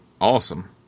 awesome